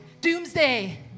Doomsday